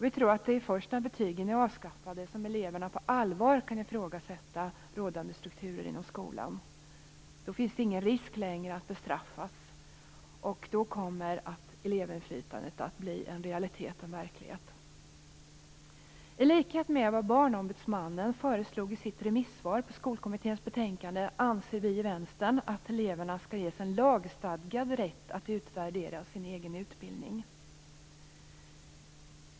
Vi tror att det är först när betygen avskaffas som eleverna på allvar kan ifrågasätta rådande strukturer inom skolan. Då finns det ingen risk längre att bestraffas. Då kommer elevinflytandet att bli en realitet. I likhet med vad Barnombudsmannen föreslog i sitt remissvar på Skolkommitténs betänkande, anser vi i Vänstern att eleverna skall ges en lagstadgad rätt att utvärdera sin egen utbildning.